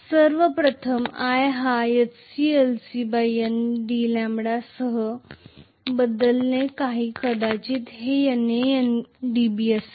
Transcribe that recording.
सर्व प्रथम i हा HclcN dλ सह बदलले आहे कदाचित हे NAdB असेल